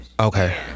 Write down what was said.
Okay